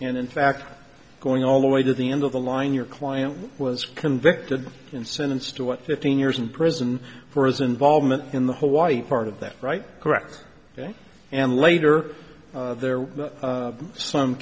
and in fact going all the way to the end of the line your client was convicted and sentenced to what fifteen years in prison for his involvement in the whole white part of that right correct and later there were some